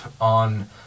on